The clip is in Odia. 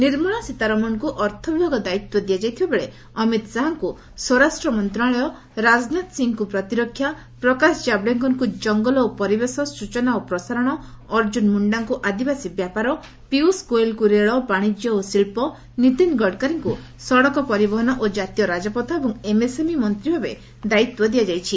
ନିର୍ମଳା ସୀତାରମଣଙ୍କୁ ଅର୍ଥ ବିଭାଗ ଦାୟିତ୍ୱ ଦିଆଯାଇଥିବାବେଳେ ଅମିତ୍ ଶାହାଙ୍କୁ ମନ୍ତଶାଳୟ ରାଜନାଥ ସିଂହଙ୍କୁ ପ୍ରତିରକ୍ଷା ପ୍ରକାଶ ଜାବଡେକରଙ୍କୁ ଜଙ୍ଙଲ ଓ ପରିବେଶ ସୂଚନା ଓ ପ୍ରସାରଣ ଅର୍ଜୁନ ମୁଣ୍ଣାଙ୍କୁ ଆଦିବାସୀ ବ୍ୟାପାର ପୀୟୁଷ ଗୋୟଲଙ୍କୁ ରେଳ ବାଶିଜ୍ୟ ଓ ଶିକ୍କ ନୀତିନ ଗଡ଼କରୀଙ୍କୁ ସଡ଼କ ପରିବହନ ଓ କାତୀୟ ରାଜପଥ ଏବଂ ଏମ୍ ଏସ୍ ଏମ୍ଇ ମନ୍ତୀ ଭାବେ ଦାୟିତ୍ ଦିଆଯାଇଛି